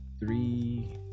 Three